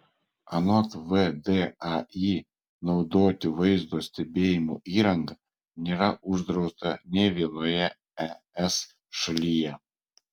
anot vdai naudoti vaizdo stebėjimo įrangą nėra uždrausta nė vienoje es šalyje